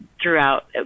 throughout